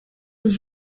els